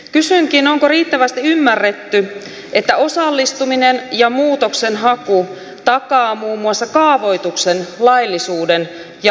kysynkin onko riittävästi ymmärretty että osallistuminen ja muutoksenhaku takaa muun muassa kaavoituksen laillisuuden ja laadun valvonnan